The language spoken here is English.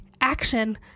action